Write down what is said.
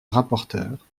rapporteur